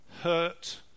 hurt